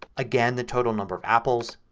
again the total number of apples,